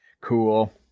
Cool